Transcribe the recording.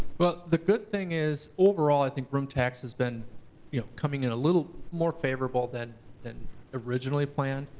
but the good thing is, overall i think room tax has been you know coming in a little more favorable than than originally planned.